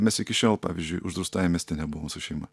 mes iki šiol pavyzdžiui uždraustajam mieste nebuvom su šeima